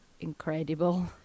incredible